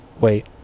Wait